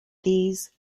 these